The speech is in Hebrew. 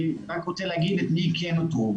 אני רק רוצה להגיד את מי כן איתרנו.